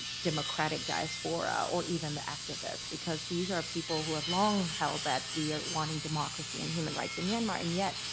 democratic diaspora or even the activists. because these are people who have long held that we are wanting democracy and human rights in myanmar. and yet,